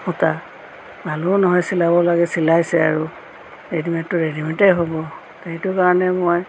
সূতা ভালো নহয় চিলাব লাগে চিলাইছে আৰু ৰেডিমে'ডটো ৰেডিমে'ডেই হ'ব তে সেইটো কাৰণে মই